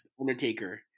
Undertaker